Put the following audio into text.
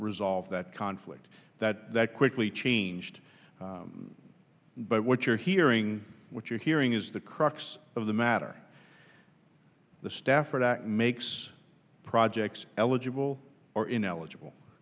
resolve that conflict that that quickly changed but what you're hearing what you're hearing is the crux of the matter the stafford act makes projects eligible or ineligible